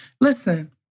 Listen